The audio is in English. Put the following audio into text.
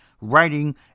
writing